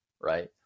right